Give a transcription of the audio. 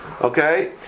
Okay